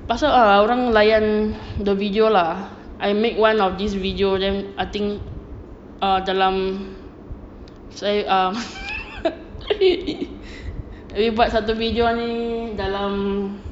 pasal ah orang layan the video lah I make one of these video then I think err dalam saya um saya buat satu video dalam